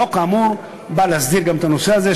החוק כאמור בא להסדיר גם את הנושא הזה,